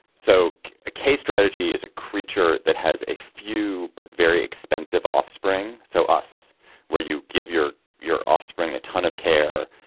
so a k strategy is a creature that has a few but very expensive offspring. so us where you give your your offspring a ton of care,